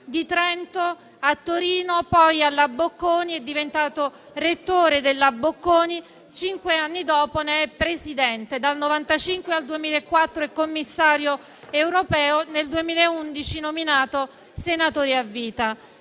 di Trento, a Torino, poi alla Bocconi; è diventato rettore della Bocconi e cinque anni dopo ne è diventato presidente. Dal 1995 al 2004 è commissario europeo; nel 2011 è stato nominato senatore a vita.